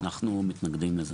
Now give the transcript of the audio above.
אנחנו מתנגדים לזה.